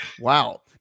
Wow